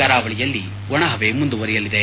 ಕರಾವಳಿಯಲ್ಲಿ ಒಣಹವೆ ಮುಂದುವರಿಯಲಿದೆ